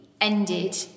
ended